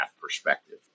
perspective